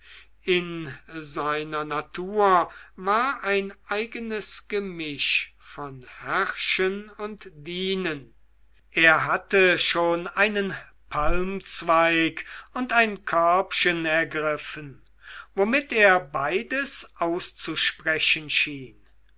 in seiner natur war ein eigenes gemisch von herrschen und dienen er hatte schon einen palmzweig und ein körbchen ergriffen womit er beides auszusprechen schien